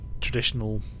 traditional